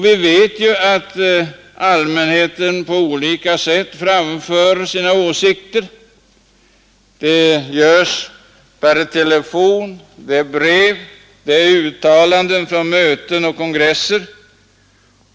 Vi vet ju att allmänheten på olika sätt framför sina åsikter — det görs per telefon, per brev och i form av uttalanden från möten och kongresser.